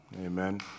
Amen